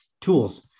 tools